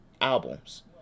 albums